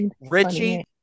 Richie